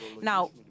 Now